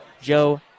Joe